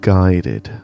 Guided